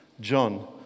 John